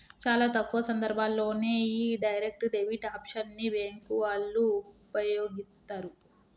చాలా తక్కువ సందర్భాల్లోనే యీ డైరెక్ట్ డెబిట్ ఆప్షన్ ని బ్యేంకు వాళ్ళు వుపయోగిత్తరు